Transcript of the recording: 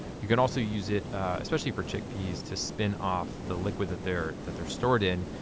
you can also use it, especially for chickpeas, to spin off the liquid that they're that they're stored in,